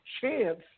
chance